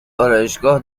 آرایشگاه